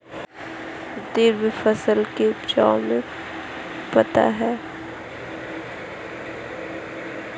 फसलों के बचाव में कौनसा कीटनाशक का उपयोग किया जाता है?